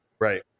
Right